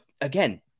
again